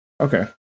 Okay